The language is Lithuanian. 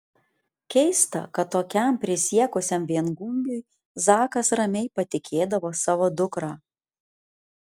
keista kad tokiam prisiekusiam viengungiui zakas ramiai patikėdavo savo dukrą